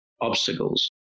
obstacles